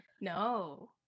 no